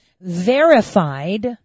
verified